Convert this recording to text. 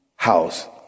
House